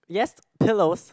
yes pillows